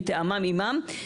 מטעמם עמם,